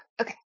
okay